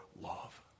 love